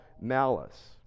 malice